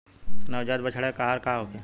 नवजात बछड़ा के आहार का होखे?